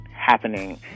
happening